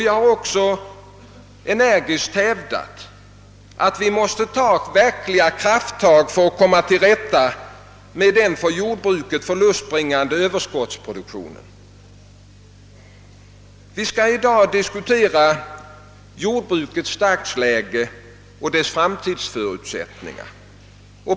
Jag har också energiskt förfäktat att vi måste ta verkliga krafttag för att komma till rätta med den för jordbruket förlustbringande överskottsproduktionen. Vi skall i dag diskutera jordbrukets dagsläge och dess framtidsförutsättningar.